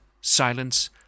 silence